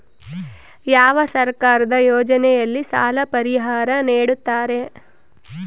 ಯಾವ ಸರ್ಕಾರದ ಯೋಜನೆಯಲ್ಲಿ ಸಾಲ ಪರಿಹಾರ ನೇಡುತ್ತಾರೆ?